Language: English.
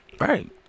Right